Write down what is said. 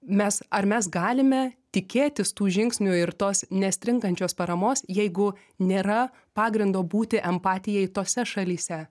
mes ar mes galime tikėtis tų žingsnių ir tos nestringančios paramos jeigu nėra pagrindo būti empatijai tose šalyse